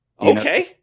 Okay